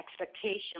expectation